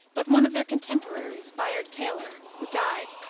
but one of their contemporaries, bayard taylor, who died,